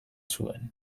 zuen